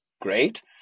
great